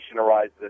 arises